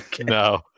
no